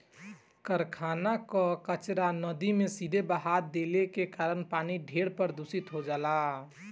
कारखाना कअ कचरा नदी में सीधे बहा देले के कारण पानी ढेर प्रदूषित हो जाला